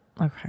okay